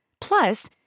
Plus